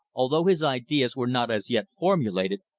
although his ideas were not as yet formulated,